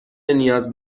نیاز